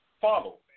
follow